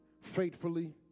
faithfully